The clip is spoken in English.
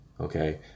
Okay